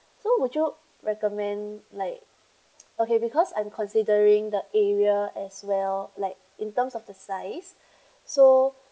so would you recommend like okay because I'm considering the area as well like in terms of the size so